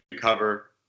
cover